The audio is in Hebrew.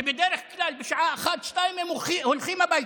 שבדרך כלל בשעה 14:00-13:00 הם הולכים הביתה.